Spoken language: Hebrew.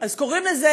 קוראים לזה